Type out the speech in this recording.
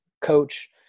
coach